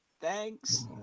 Thanks